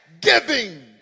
giving